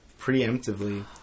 preemptively